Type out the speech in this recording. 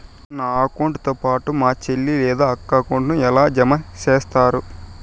నా అకౌంట్ తో పాటు మా చెల్లి లేదా అక్క అకౌంట్ ను ఎలా జామ సేస్తారు?